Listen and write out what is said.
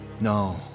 No